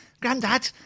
Grandad